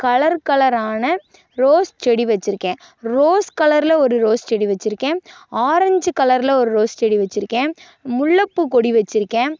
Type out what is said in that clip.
colour கலரான rose செடி வெச்சுருக்கேன் ரோஸ் கலரில் ஒரு ரோஸ் செடி வெச்சுருக்கேன் ஆரஞ்சு கலரில் ஓரு ரோஸ் செடி வெச்சுருக்கேன் முல்லைப்பூக்கொடி வெச்சுருக்கேன்